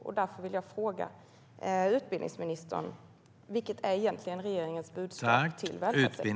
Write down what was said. Jag frågar därför utbildningsministern: Vilket är egentligen regeringens budskap till välfärdsföretagarna?